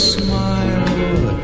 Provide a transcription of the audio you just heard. smile